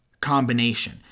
combination